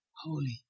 holy